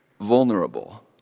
vulnerable